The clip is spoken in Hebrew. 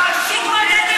סדרת חוקים,